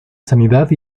sanidad